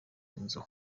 nzu